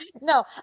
No